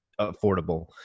affordable